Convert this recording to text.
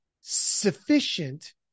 sufficient